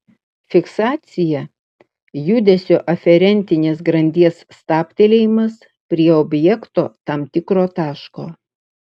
fiksacija judesio aferentinės grandies stabtelėjimas prie objekto tam tikro taško